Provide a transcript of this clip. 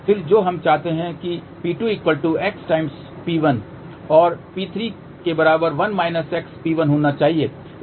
फिर जो हम चाहते हैं कि P2 x P1 और P3 के बराबर 1 - x P1 होना चाहिए